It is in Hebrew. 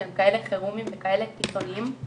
שהם כאלה חירומיים וכאלה קיצוניים,